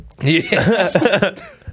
Yes